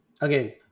again